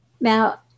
Now